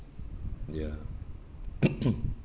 ya